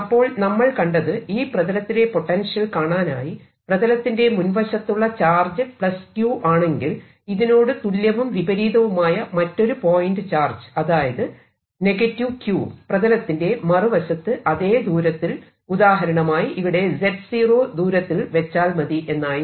അപ്പോൾ നമ്മൾ കണ്ടത് ഈ പ്രതലത്തിലെ പൊട്ടൻഷ്യൽ കാണാനായി പ്രതലത്തിന്റെ മുൻവശത്തുള്ള ചാർജ് q ആണെങ്കിൽ ഇതിനോട് തുല്യവും വിപരീതവുമായ മറ്റൊരു പോയിന്റ് ചാർജ് അതായത് q പ്രതലത്തിന്റെ മറുവശത്ത് അതേ ദൂരത്തിൽ ഉദാഹരണമായി ഇവിടെ z0 ദൂരത്തിൽ വെച്ചാൽ മതി എന്നായിരുന്നു